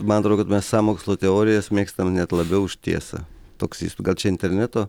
man atrodo kad mes sąmokslo teorijas mėgstame net labiau už tiesą toks įspūdis gal čia interneto